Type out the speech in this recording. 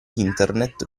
internet